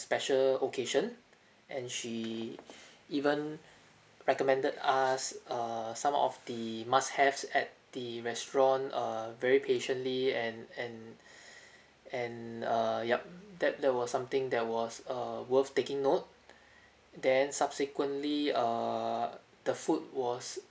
special occasion and she even recommended us err some of the must have at the restaurant err very patiently and and and err yup that that was something that was err worth taking note then subsequently err the food was